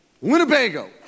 Winnebago